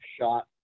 shot